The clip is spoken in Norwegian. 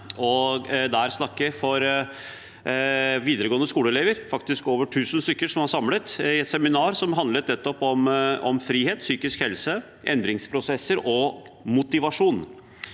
og snakke for elever i videregående skole, faktisk over tusen stykker, som var samlet til et seminar som handlet om frihet, psykisk helse, endringsprosesser og motivasjon.